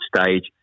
stage